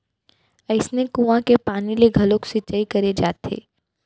अइसने कुँआ के पानी ले घलोक सिंचई करे जाथे